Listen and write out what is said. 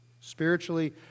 Spiritually